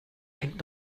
hängt